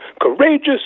courageous